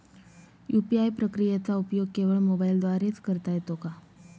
UPI प्रक्रियेचा उपयोग केवळ मोबाईलद्वारे च करता येतो का?